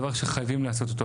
זה דבר שחייבים לעשות אותו.